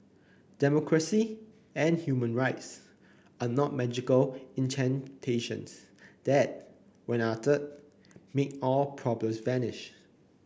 democracy and human rights are not magical incantations that when uttered make all problems vanish